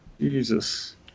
Jesus